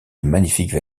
magnifiques